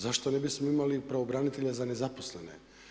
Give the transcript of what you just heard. Zašto ne bismo imali pravobranitelja za nezaposlene?